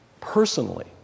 personally